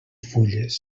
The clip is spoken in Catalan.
fulles